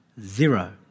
Zero